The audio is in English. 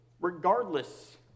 regardless